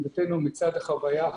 עמדתנו מצד "החוויה"